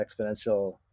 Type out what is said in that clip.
exponential